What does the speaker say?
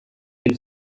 elle